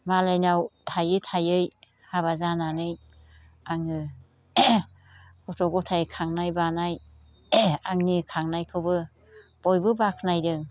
मालायनाव थायै थायै हाबा जानानै आङो गथ' गथाइ खांनाय बानाय आंनि खांनायखौबो बयबो बाख्नायदों